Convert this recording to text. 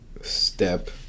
Step